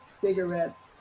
cigarettes